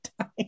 time